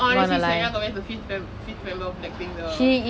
and honestly selena gomez is the fifth member of blackpink though